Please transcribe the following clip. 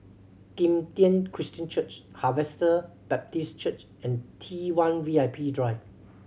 Kim Tian Christian Church Harvester Baptist Church and T One V I P Drive